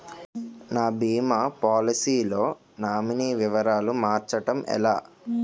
నా భీమా పోలసీ లో నామినీ వివరాలు మార్చటం ఎలా?